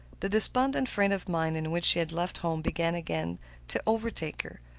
the despondent frame of mind in which she had left home began again to overtake her,